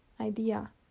idea